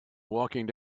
walking